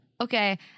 Okay